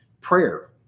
prayer